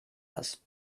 das